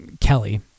Kelly